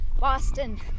Boston